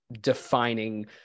defining